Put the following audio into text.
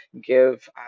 give